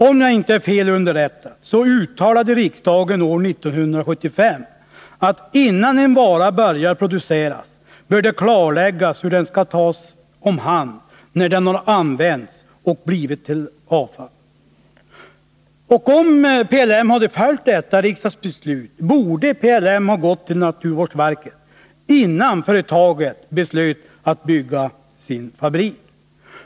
Om jag inte är fel underrättad uttalade riksdagen år 1975 att innan en vara börjar produceras så bör det klarläggas hur den skall tas om hand när den har använts och blivit till avfall. Om PLM hade följt detta riksdagsbeslut, borde PLM ha gått till naturvårdsverket innan företaget beslöt att bygga sin fabrik.